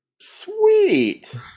Sweet